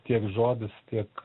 tiek žodis tiek